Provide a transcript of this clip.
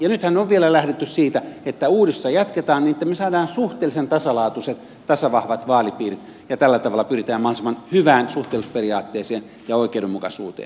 nythän on vielä lähdetty siitä että uudistusta jatketaan niin että me saamme suhteellisen tasalaatuiset tasavahvat vaalipiirit ja tällä tavalla pyritään mahdollisimman hyvään suhteellisuusperiaatteeseen ja oikeudenmukaisuuteen